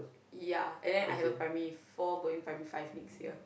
yeah and then I have primary four going primary five next year